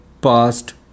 past